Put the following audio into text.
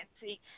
see